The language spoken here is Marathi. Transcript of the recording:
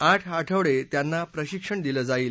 आठ आठवडे त्यांना प्रशिक्षण दिलं जाईल